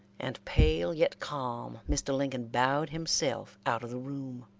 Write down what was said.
and pale, yet calm, mr. lincoln bowed himself out of the room.